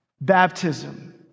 baptism